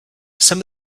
some